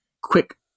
quick